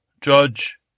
Judge